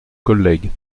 collègues